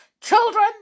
Children